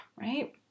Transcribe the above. Right